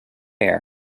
bare